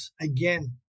again